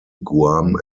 guam